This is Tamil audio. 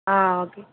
ஆ ஓகே